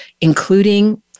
including